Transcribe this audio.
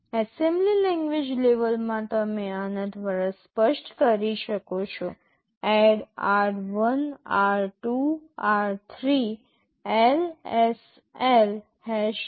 assembly language લેવલમાં તમે આના દ્વારા સ્પષ્ટ કરી શકો છો ADD r1 r2 r3 LSL 3